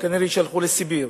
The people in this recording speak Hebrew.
שהם כנראה יישלחו לסיביר.